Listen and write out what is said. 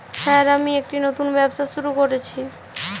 Sir আমি একটি নতুন ব্যবসা শুরু করেছি?